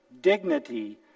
dignity